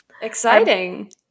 Exciting